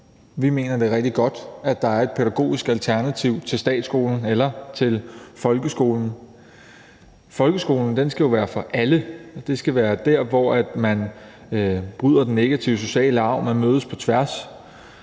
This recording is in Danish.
Vi mener, at det er rigtig godt, at der er et pædagogisk alternativ til statsskolen eller til folkeskolen. Folkeskolen skal jo være for alle, og det skal være der, hvor man bryder den negative sociale arv og mødes på tværs,